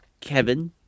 Kevin